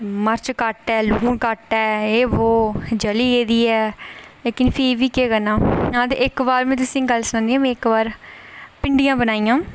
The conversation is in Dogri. मर्च घट्ट ऐ लून घट्ट ऐ एह् वो जली गेदी ऐ फ्ही बी केह् करना में इक्क बार में तुसेंगी गल्ल सनानी आं इक्क बार भिंडियां बनाइयां